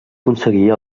aconseguir